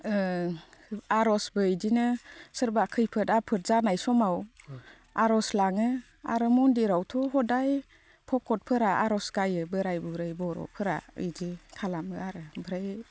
ओ आर'जबो इदिनो सोरबा खैफोद आफोद जानाय समाव आर'ज लाङो आरो मन्दिरावथ' हदाय भगतफोरा आर'ज गायो बोराइ बुरै बर'फोरा इदि खालामो आरो ओमफ्राय